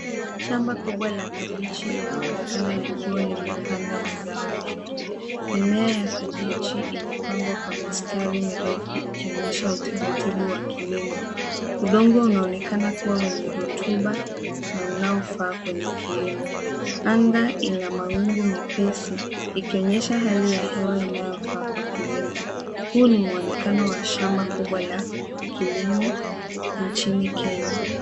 Shamba kubwa la kabichi linaonekana likiwa limepanda mazao mengi. Mimea ya kabichi imepangwa kwa mistari mirefu ikionyesha utaratibu wa kilimo. Udongo unaonekana kuwa wenye rotuba na unaofaa kwenye kilimo. Anga ina mawingu mepesi ikionyesha hali ya hewa inayofaa kwa kilimo. Huu ni muonekano wa shamba kubwa la kilimo nchini Kenya.